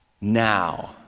now